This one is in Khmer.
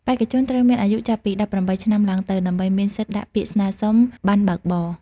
បេក្ខជនត្រូវមានអាយុចាប់ពី ១៨ ឆ្នាំឡើងទៅ ដើម្បីមានសិទ្ធិដាក់ពាក្យស្នើសុំប័ណ្ណបើកបរ។